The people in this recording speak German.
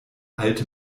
alte